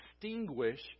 distinguish